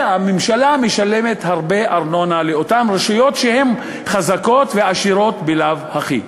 והממשלה משלמת הרבה ארנונה לאותן רשויות שהן חזקות ועשירות בלאו הכי.